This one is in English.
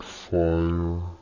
fire